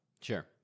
Sure